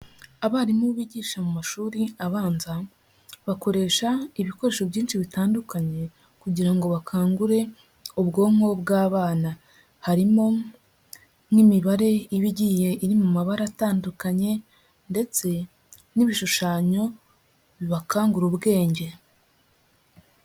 Abarimu bigisha mu mashuri abanza, bakoresha ibikoresho byinshi bitandukanye kugira ngo bakangure ubwonko bw'abana. Harimo n'imibare ibagiye iri mu mabara atandukanye, ndetse n'ibishushanyo bibakangura ubwenge.